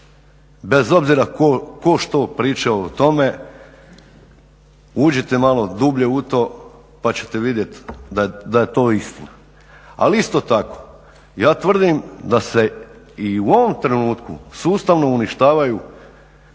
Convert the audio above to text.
Bez obzira tko što pričao o tome uđite malo dublje u to pa ćete vidjeti da je to istina. Ali isto tako ja tvrdim da se i u ovom trenutku sustavno uništavaju